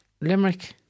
Limerick